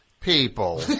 people